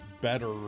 better